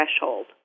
threshold